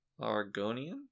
Argonian